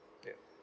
yup